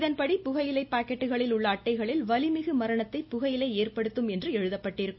இதன்படி புகையிலை பாக்கெட்டுகளில் உள்ள அட்டைகளில் வலிமிகு மரணத்தை புகையிலை ஏற்படுத்தும் என்று எழுதப்பட்டிருக்கும்